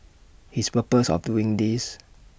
his purpose of doing this